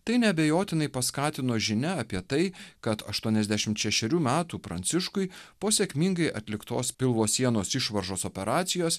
tai neabejotinai paskatino žinia apie tai kad aštuoniasdešimt šešerių metų pranciškui po sėkmingai atliktos pilvo sienos išvaržos operacijos